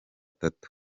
tatu